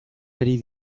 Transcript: ari